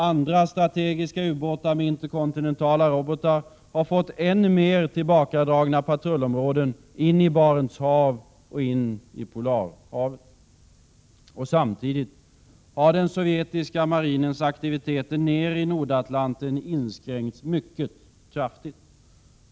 Andra strategiska ubåtar med interkontinentala robotar har fått än mer tillbakadragna patrullområden in i Barents hav och Polarhavet. Samtidigt har den sovjetiska marinens aktiviteter ner i Nordatlanten inskränkts mycket kraftigt.